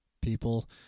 people